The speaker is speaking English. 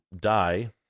die